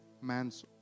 man's